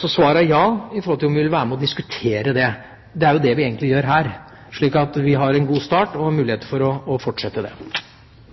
Så svaret er ja på om vi vil være med og diskutere det. Det er jo det vi egentlig gjør her, så vi har en god start og har muligheter for å fortsette det.